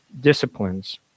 disciplines